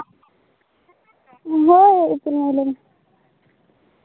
ᱵᱟᱭ ᱦᱮᱡ ᱠᱟᱱᱟ